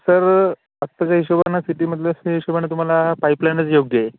sir आत्ताच्या हिशोबानं सिटीमधल्या हिशोबानं तुम्हाला पाईपलाईनच योग्य आहे